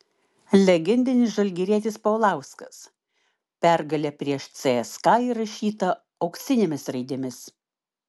legendinis žalgirietis paulauskas pergalė prieš cska įrašyta auksinėmis raidėmis